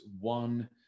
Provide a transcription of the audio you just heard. one